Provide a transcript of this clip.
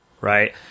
Right